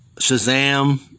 Shazam